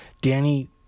Danny